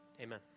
Amen